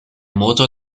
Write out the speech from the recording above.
motor